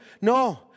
No